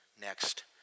next